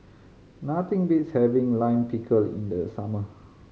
nothing beats having Lime Pickle in the summer